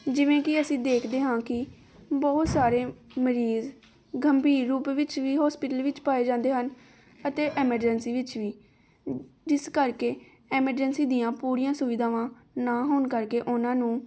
ਜਿਵੇਂ ਕਿ ਅਸੀਂ ਦੇਖਦੇ ਹਾਂ ਕਿ ਬਹੁਤ ਸਾਰੇ ਮਰੀਜ਼ ਗੰਭੀਰ ਰੂਪ ਵਿੱਚ ਵੀ ਹੋਸਪਿਟਲ ਵਿੱਚ ਪਾਏ ਜਾਂਦੇ ਹਨ ਅਤੇ ਐਮਰਜੈਂਸੀ ਵਿੱਚ ਵੀ ਜਿਸ ਕਰਕੇ ਐਮਰਜੈਂਸੀ ਦੀਆਂ ਪੂਰੀਆਂ ਸੁਵਿਧਾਵਾਂ ਨਾ ਹੋਣ ਕਰਕੇ ਉਹਨਾਂ ਨੂੰ